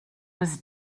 was